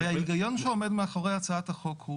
הרי ההיגיון שעומד מאחורי הצעת החוק הוא